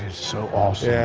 so awesome.